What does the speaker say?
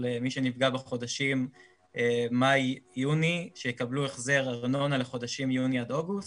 מי שנפגע בחודשים מאי-יוני שיקבלו החזר ארנונה לחודשים יוני עד אוגוסט.